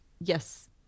Yes